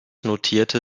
notierte